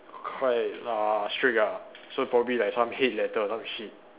quite uh strict ah so probably like some hate letter or some shit